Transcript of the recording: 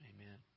Amen